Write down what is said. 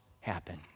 happen